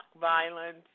violence